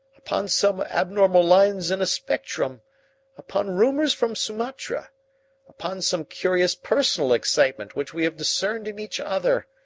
upon some abnormal lines in a spectrum upon rumours from sumatra upon some curious personal excitement which we have discerned in each other.